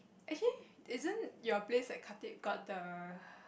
actually isn't your place at Khatib got the